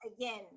Again